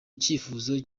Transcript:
icyifuzo